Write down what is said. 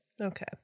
Okay